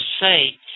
say